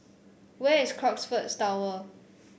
where is Crockfords Tower